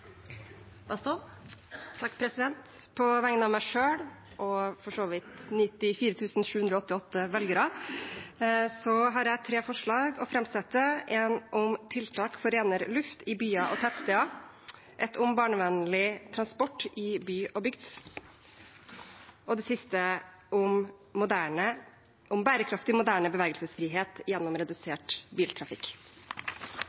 På vegne av meg selv, og for så vidt 94 788 velgere, vil jeg framsette tre forslag: et om tiltak for renere luft i byer og tettsteder, et om barnevennlig transport i by og bygd og et om bærekraftig moderne bevegelsesfrihet gjennom